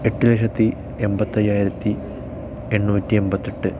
എട്ട്ലക്ഷത്തി എൺപത്തയായ്രത്തി എണ്ണുറ്റി എൺപത്തെട്ട്